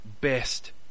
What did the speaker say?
best